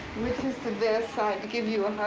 which is the best side to give you a